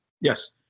yes